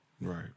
Right